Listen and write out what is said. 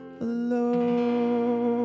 alone